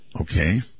Okay